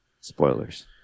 spoilers